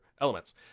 Elements